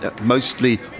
mostly